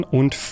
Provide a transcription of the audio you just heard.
und